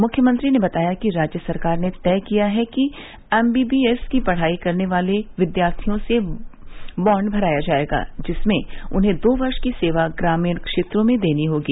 मुख्यमंत्री ने बताया कि राज्य सरकार ने तय किया है कि एम वी वी एस की पढ़ाई करने वाले विद्यार्थियों से बांड भराया जायेगा जिसमें उन्हें दो वर्ष की सेवा ग्रामीण क्षेत्रों में देनी होगी